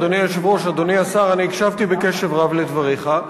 אדוני השר, אני הקשבתי בקשב רב לדבריך,